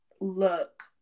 look